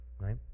right